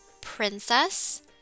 princess